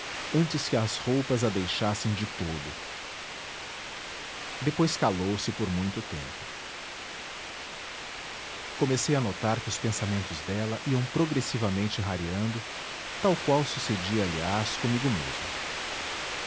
antes que as roupas a deixassem de todo depois calou-se por muito tempo comecei a notar que os pensamentos dela iam progressivamente rareando tal qual sucedia aliás comigo mesmo